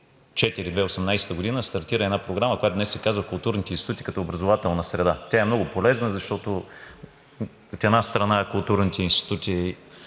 2018 г., стартира една програма, която днес се казва „Културните институти като образователна среда“. Тя е много полезна, защото, от една страна, културните институти